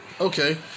Okay